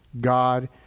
God